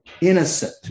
innocent